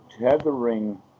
tethering